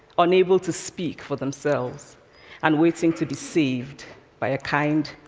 unable to speak for themselves and waiting to be saved by a kind,